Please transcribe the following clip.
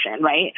right